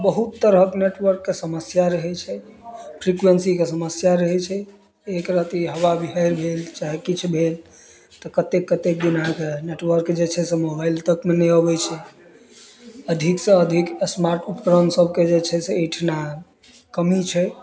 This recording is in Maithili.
बहुत तरहक नेटवर्कके समस्या रहै छै फ्रीक्वेन्सीके समस्या रहै छै एक रति हवा बिहारि भेल चाहे किछु भेल तऽ कतेक कतेक बिना कऽ नेटवर्क जे छै से मोबाइल तकमे नहि अबै छै अधिकसँ अधिक स्मार्ट उपकरण सभके जे छै से एहिठाम कमी छै